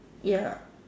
ya